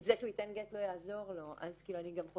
זה לא יעזור לו אם הוא ייתן גט.